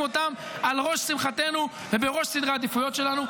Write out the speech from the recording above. אותם על ראש שמחתנו ובראש סדרי העדיפויות שלנו.